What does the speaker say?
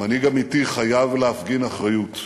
מנהיג אמיתי חייב להפגין אחריות.